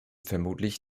vermutlich